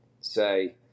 say